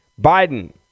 Biden